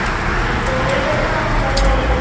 இப்போது லேட்டஸ்ட்டாக உங்கள் கடையில் லேட்டஸ்ட்டாக என்னென்ன